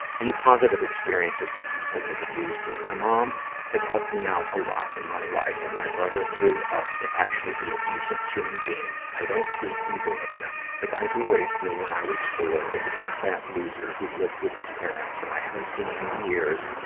any positive experiences with people who've abused you? my mom has helped me out a lot in my life, and my brother grew up to actually be a decent human being. i don't hate either of them. the guy who raped me when i was four is a big, fat loser who lived with his parents, and i haven't seen him in years,